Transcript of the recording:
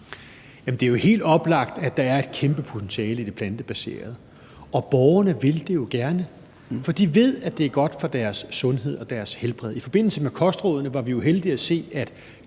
Det er jo helt oplagt, at der er et kæmpe potentiale i det plantebaserede, og borgerne vil det jo gerne, for de ved, at det er godt for deres sundhed og deres helbred. I forbindelse med kostrådene var vi jo heldige at se, at